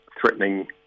threatening